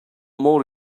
more